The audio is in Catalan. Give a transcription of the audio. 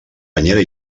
banyera